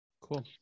Cool